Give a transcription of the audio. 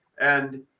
And-